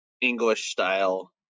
English-style